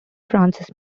francis